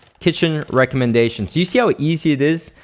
kitchen recommendations. do you see how easy it is?